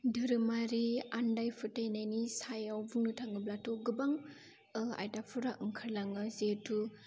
धोरोमारि आन्दाय फोथाइनायनि सायाव बुंनो थाङोब्लाथ' गोबां आयदाफोरा ओंखारलाङो जेहेतु